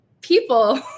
people